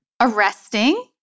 Arresting